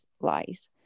Lies